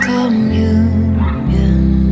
Communion